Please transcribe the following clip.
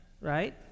right